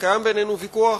וקיים בינינו ויכוח,